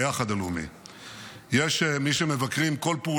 היו"ר אמיר אוחנה: כרגיל, בישיבות מסוג זה.